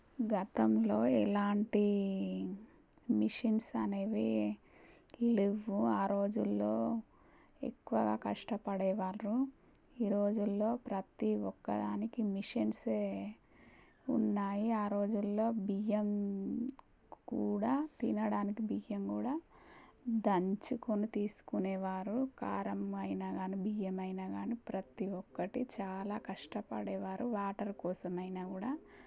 గతంలో ఎలాంటి మిషన్స్ అనేవి లెవ్వు ఆ రోజుల్లో ఎక్కువగా కష్టపడేవారు ఈ రోజుల్లో ప్రతీ ఒక్క దానికి మిషన్సే ఉన్నాయి ఆ రోజుల్లో బియ్యం కూడా తినడానికి బియ్యం కూడా దంచుకొని తీసుకునేవారు కారం అయినా గానీ బియ్యం అయినా గానీ ప్రతీ ఒక్కటి చాలా కష్టపడేవారు వాటర్ కోసమైనా కుడా